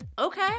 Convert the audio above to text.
Okay